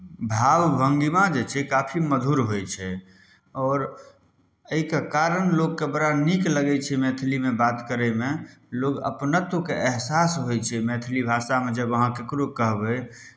भाव भङ्गिमा जे छै काफी मधुर होइ छै आओर एहिके कारण लोककेँ बड़ा नीक लगै छै मैथिलीमे बात करयमे लोक अपनत्वके एहसास होइ छै मैथिली भाषामे जब अहाँ ककरो कहबै